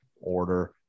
order